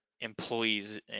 employees